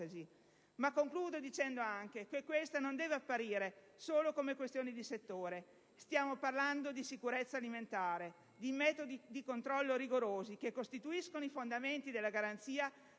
Concludo dicendo anche che questa non deve apparire solo come questione di settore. Stiamo parlando di sicurezza alimentare, di metodi di controllo rigorosi, che costituiscono i fondamenti della garanzia